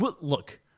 Look